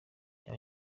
yaba